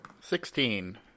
Sixteen